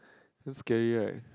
looks scary right